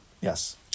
Yes